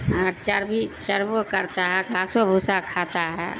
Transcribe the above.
اور چربی چربوں کرتا ہے گھاسو بھوسا کھاتا ہے